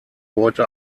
heute